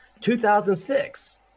2006